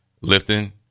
lifting